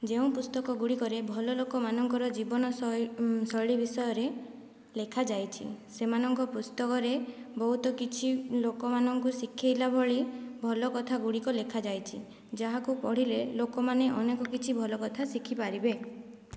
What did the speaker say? ଯେଉଁ ପୁସ୍ତକଗୁଡ଼ିକରେ ଭଲ ଲୋକମାନଙ୍କର ଜୀବନ ଶୈଶୈଳୀ ବିଷୟରେ ଲେଖାଯାଇଛି ସେମାନଙ୍କ ପୁସ୍ତକରେ ବହୁତ କିଛି ଲୋକମାନଙ୍କୁ ଶିଖାଇଲା ଭଳି ଭଲ କଥାଗୁଡ଼ିକ ଲେଖାଯାଇଛି ଯାହାକୁ ପଢ଼ିଲେ ଲୋକମାନେ ଅନେକ କିଛି ଭଲ କଥା ଶିଖିପାରିବେ